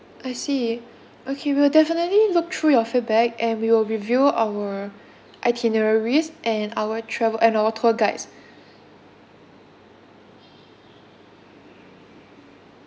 I see okay we'll definitely look through your feedback and we will review our itineraries and our travel and our tour guides